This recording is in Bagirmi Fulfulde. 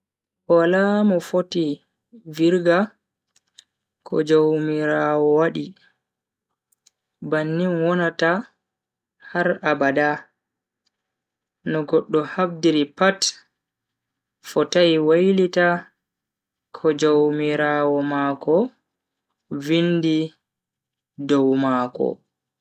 Wala mo foti virga ko jaumiraawo wadi, bannin wonata har abada. no goddo habdiri pat fotai wailita ko jaumiraawo mako vindi dow mako.